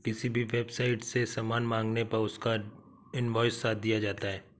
किसी भी वेबसाईट से सामान मंगाने पर उसका इन्वॉइस साथ दिया जाता है